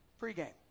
Pregame